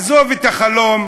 עזוב את החלום,